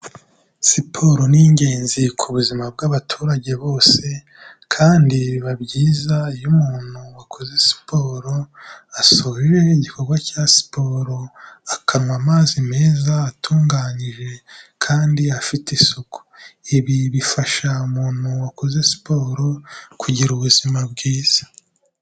Siporo ni ingenzi ku buzima bw'abaturage bose, kandi biba byiza iyo umuntu wakoze siporo asoje igikorwa cya siporo, akanywa amazi meza, atunganyije kandi afite isuku, ibi bifasha umuntu wakoze siporo kugira ubuzima bwiza.